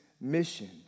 mission